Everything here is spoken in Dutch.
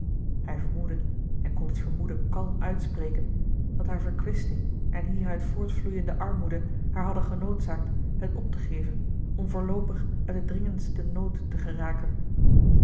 hij vermoedde en kon dat vermoeden kalm uitspreken dat haar verkwisting en hieruit voortvloeiende armoede haar hadden genoodzaakt het op te geven om voorloopig uit den dringendsten nood te geraken